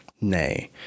Nay